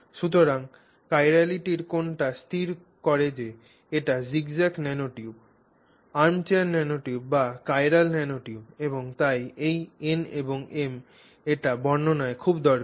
সুতরাং চিরালিটির কোণটি স্থির করে যে এটি জিগজ্যাগ ন্যানোটিউব আর্মচেয়ার ন্যানোটিউব বা চিরাল ন্যানোটিউব এবং তাই এই n এবং m এটি বর্ণনায় খুব দরকারী